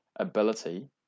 Ability